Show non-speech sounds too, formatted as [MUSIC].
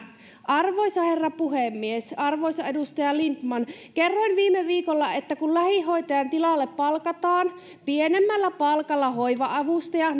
arvoisa herra puhemies arvoisa edustaja lindtman kerroin viime viikolla että kun lähihoitajan tilalle palkataan pienemmällä palkalla hoiva avustaja [UNINTELLIGIBLE]